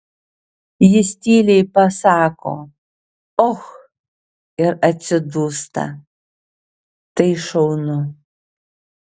jis tyliai pasako och ir atsidūsta tai šaunu